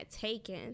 taken